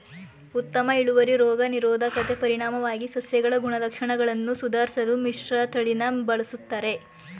ಉತ್ತಮ ಇಳುವರಿ ರೋಗ ನಿರೋಧಕತೆ ಪರಿಣಾಮವಾಗಿ ಸಸ್ಯಗಳ ಗುಣಲಕ್ಷಣಗಳನ್ನು ಸುಧಾರ್ಸಲು ಮಿಶ್ರತಳಿನ ಬಳುಸ್ತರೆ